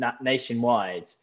nationwide